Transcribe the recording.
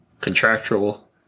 Contractual